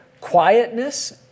quietness